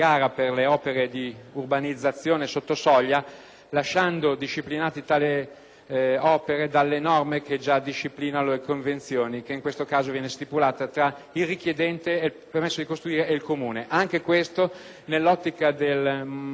lasciando disciplinare tali opere dalle norme che già disciplinano le convenzioni (in questo caso stipulata tra il richiedente il permesso di costruire e il Comune). Anche questa misura va nell'ottica del massimo snellimento di tutte le procedure che